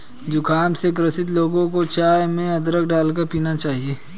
जुखाम से ग्रसित लोगों को चाय में अदरक डालकर पीना चाहिए